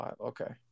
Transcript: Okay